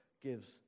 gives